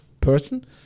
person